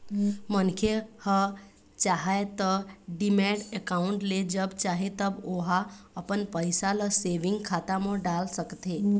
मनखे ह चाहय त डीमैट अकाउंड ले जब चाहे तब ओहा अपन पइसा ल सेंविग खाता म डाल सकथे